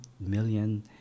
million